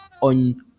on